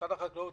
משרד החקלאות